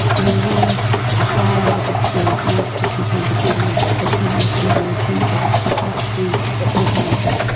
you need ah higher level skills and now to compete again as as many of the more routine jobs will start to be but automated.